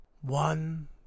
one